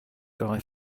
guy